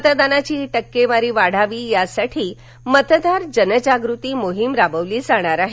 मतदानाची ही टक्केवारी वाढावी यासाठी मतदार जनजागृती मोहीम राबवली जाणार आहे